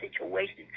situations